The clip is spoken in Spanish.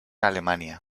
alemania